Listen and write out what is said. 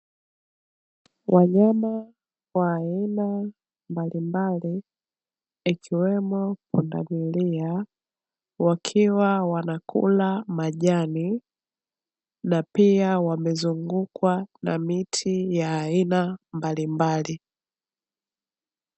Wanyama wa aina mbalimbali ikiwemo pundamilia, wakiwa wanakula majani na pia wamezungukwa na miti ya aina mbalimbali.